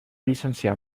llicenciar